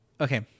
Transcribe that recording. Okay